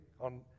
on